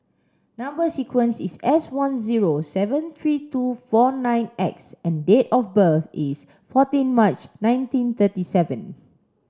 number sequence is S one zero seven three two four nine X and date of birth is fourteen March nineteen thirty seven